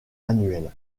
annuelle